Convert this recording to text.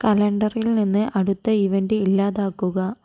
കലണ്ടറിൽ നിന്ന് അടുത്ത ഇവന്റ് ഇല്ലാതാക്കുക